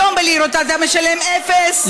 היום בלירות אתה משלם אפס.